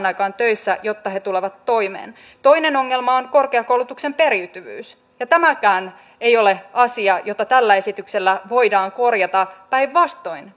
aikaan töissä jotta he tulevat toimeen toinen ongelma on korkeakoulutuksen periytyvyys tämäkään ei ole asia jota tällä esityksellä voidaan korjata päinvastoin